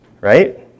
right